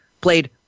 played